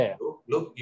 look